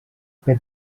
per